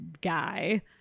guy